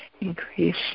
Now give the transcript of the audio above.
increase